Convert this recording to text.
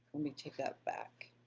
let me take that back.